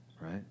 Right